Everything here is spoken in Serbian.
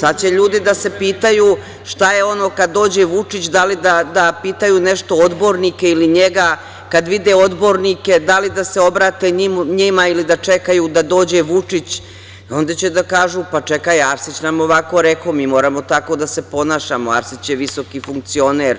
Sad će ljudi da se pitaju šta je ono kad dođe Vučić, da li da pitaju nešto odbornike ili njega, kad vide odbornike da li da se obrate njima ili da čekaju da dođe Vučić i onda će da kažu - čekaj, Arsić nam je ovako rekao, mi moramo tako da se ponašamo, Arsić je visoki funkcioner,